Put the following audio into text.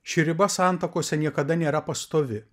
ši riba santakose niekada nėra pastovi